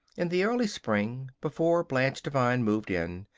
in the early spring, before blanche devine moved in,